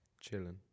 chilling